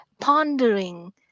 Pondering